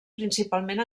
principalment